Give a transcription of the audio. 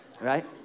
right